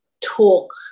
talk